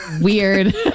weird